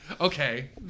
okay